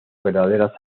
verdaderas